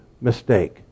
mistake